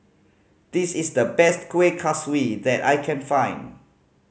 this is the best Kueh Kaswi that I can find